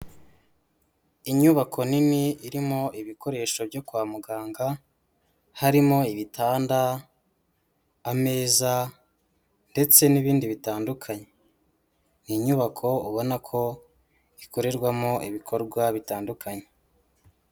Inyubako nini irimo ibikoresho byo kwa muganga, harimo ibitanda ameza ndetse n'ibindi bitandukanye, ni inyubako ubona ko ikorerwamo ibikorwa bitandukanye.